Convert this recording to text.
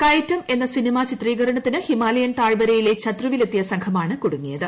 കയറ്റം എന്ന സിനിമ ചിത്രീകരണത്തിന് ഹിമാലയൻ താഴ്വരയിലെ ഛത്രുവിൽ എത്തിയ സംഘമാണ് കുടുങ്ങിയത്